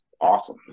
awesome